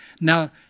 Now